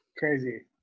Crazy